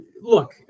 look